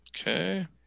Okay